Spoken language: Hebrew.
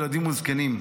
ילדים וזקנים,